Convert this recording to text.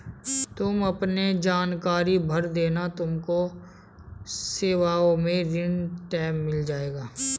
तुम अपने जानकारी भर देना तुमको सेवाओं में ऋण टैब मिल जाएगा